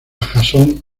jason